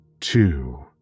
Two